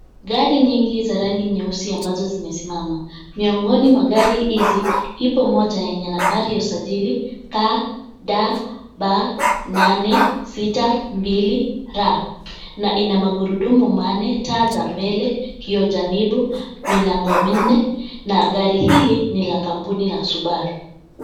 Gari nyingi za rangi nyeusi ambazo zimesimama, miongoni mwa gari hizi, ipo moja yenye nambari ya usajili KDB 862R, na ina magurudumu manne, taa za mbele, kioo janibu, milango minne, na gari hili ni la kampuni la Subaru.